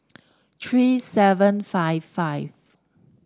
three seven five five